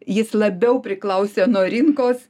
jis labiau priklausė nuo rinkos